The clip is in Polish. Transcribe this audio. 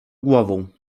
głową